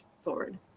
forward